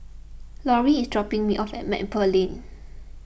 Laurie is dropping me off at Maple Lane